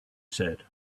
said